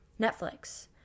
Netflix